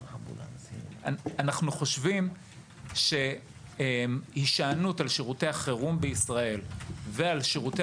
אנחנו חושבים שהישענות על שירותי החירום ועל שירותי